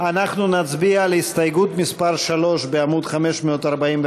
אנחנו נצביע על הסתייגות מס' 3 בעמוד 541,